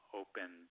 open